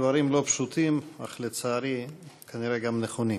דברים לא פשוטים, אך לצערי כנראה גם נכונים.